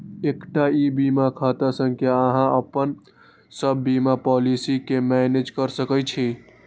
एकटा ई बीमा खाता सं अहां अपन सब बीमा पॉलिसी कें मैनेज कैर सकै छी